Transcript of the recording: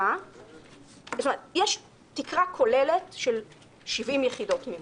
יש תקרה כוללת של 70 יחידות מימון.